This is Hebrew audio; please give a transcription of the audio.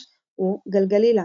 בלילה,